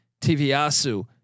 Tiviasu